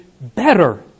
better